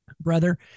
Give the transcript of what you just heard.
brother